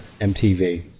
MTV